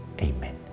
Amen